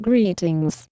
Greetings